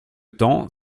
temps